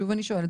שוב אני שואלת,